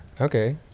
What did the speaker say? Okay